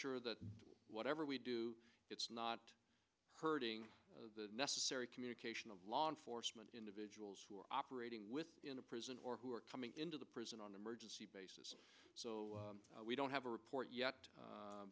sure that whatever we do it's not hurting the necessary communication of law enforcement individuals who are operating with in a prison or who are coming into the prison on emergency basis so we don't have a report yet